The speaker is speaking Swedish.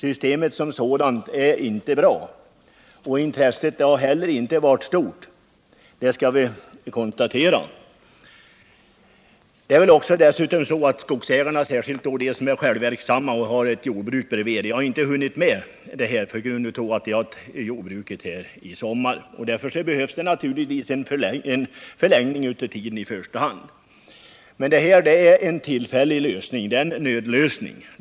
Systemet som sådant är inte bra, och intresset har inte heller varit stort — det skall vi konstatera. Det är dessutom så att skogsägarna — särskilt de som är självverksamma och har ett jordbruk bredvid — inte hunnit med att utföra gallring på grund av att de haft jordbruket att sköta i sommar, och därför behövs det naturligtvis en förlängning av tiden i första hand. Men det är en tillfällig lösning, en nödlösning.